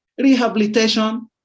rehabilitation